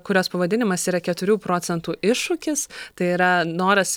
kurios pavadinimas yra keturių procentų iššūkis tai yra noras